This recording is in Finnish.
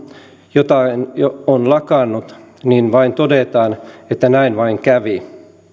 jotain on lakannut niin vain todetaan että näin vain kävi